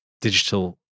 digital